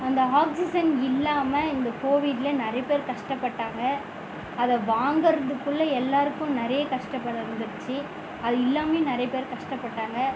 அந்த ஆக்சிஜன் இல்லாமல் இந்த கோவிட்டில் நிறைய பேர் கஷ்டப்பட்டாங்க அதை வாங்கறதுக்குள்ள எல்லோருக்கும் நிறைய கஷ்டப்படு வந்துருச்சு அது இல்லாமையே நிறைய பேர் கஷ்டப்பட்டாங்க